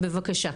בבקשה.